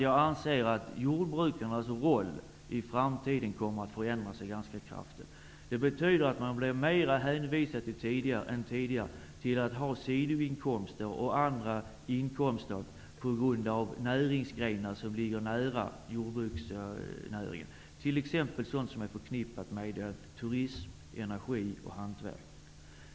Jag anser att jordbrukarnas roll i framtiden kommer att förändras ganska kraftigt. Det betyder att de blir mera hänvisade till att ha sidoinkomster från näringsgrenar som ligger nära jordbruksnäringen, t.ex. sådant som är förknippat med turism, energi och hantverk.